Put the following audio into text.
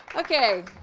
okay.